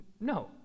No